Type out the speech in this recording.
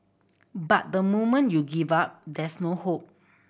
but the moment you give up there's no hope